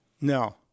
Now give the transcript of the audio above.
no